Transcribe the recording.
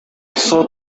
сот